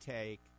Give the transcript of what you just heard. take